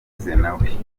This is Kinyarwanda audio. zenawi